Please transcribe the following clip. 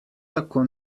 tako